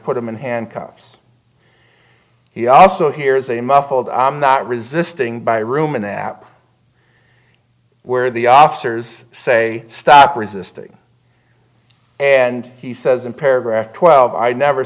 put them in handcuffs he also hears a muffled i'm not resisting by room and that where the officers say stop resisting and he says in paragraph twelve i never